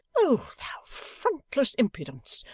o thou frontless impudence,